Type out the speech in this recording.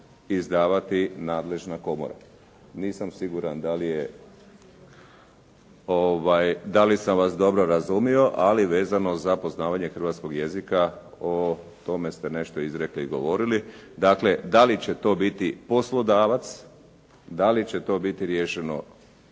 izdavati nadležna komora. Nisam siguran da li sam vas dobro razumio, ali vezano za poznavanje hrvatskog jezika, o tome ste nešto izrekli i govorili, dakle da li će to biti poslodavac, da li će to biti riješeno